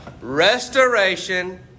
restoration